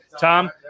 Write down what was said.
Tom